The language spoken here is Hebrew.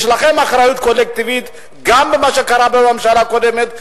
יש לכם אחריות קולקטיבית גם למה שקרה בממשלה הקודמת,